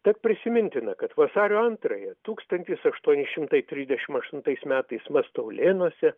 tad prisimintina kad vasario antrąją tūkstantis aštuoni šimtai trisdešimt aštuntais metais mastaulėnuose